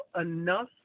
enough